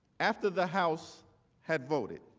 after the house had voted.